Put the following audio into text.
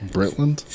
Britland